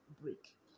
break